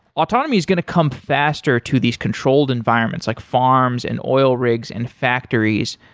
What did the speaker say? autonomy is going to come faster to these controlled environments like farms and oil rigs and factories.